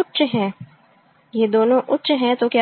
उच्च हैये दोनों उच्च है तो क्या होगा